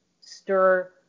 stir